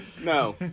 no